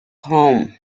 home